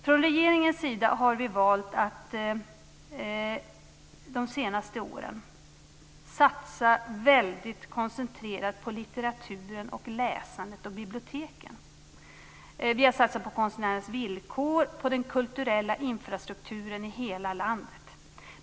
Från regeringens sida har vi valt att de senaste åren satsa väldigt koncentrerat på litteraturen, läsandet och biblioteken. Vi har satsat på konstnärens villkor och på den kulturella infrastrukturen i hela landet.